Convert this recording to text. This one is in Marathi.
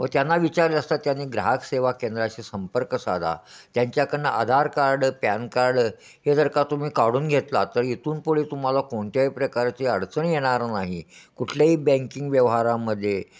व त्यांना विचारले असता त्यांनी ग्राहक सेवा केंद्राशी संपर्क साधा त्यांच्याकडून आधार कार्ड पॅन कार्ड हे जर का तुम्ही काढून घेतला तर इथून पुढे तुम्हाला कोणत्याही प्रकारची अडचण येणार नाही कुठल्याही बँकिंग व्यवहारामध्ये